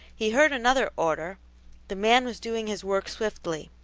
he heard another order the man was doing his work swiftly.